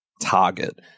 target